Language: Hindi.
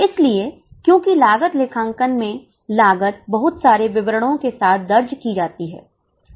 इसलिए क्योंकि लागत लेखांकन में लागत बहुत सारे विवरणों के साथ दर्ज की जाती है